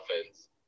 offense